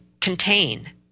contain